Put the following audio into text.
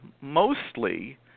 mostly